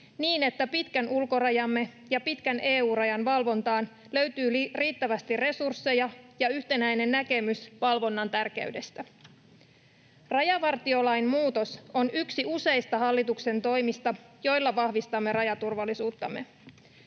niin että pitkän ulkorajamme ja pitkän EU-rajan valvontaan löytyy riittävästi resursseja ja yhtenäinen näkemys valvonnan tärkeydestä. Rajavartiolain muutos on yksi useista hallituksen toimista, joilla vahvistamme rajaturvallisuuttamme.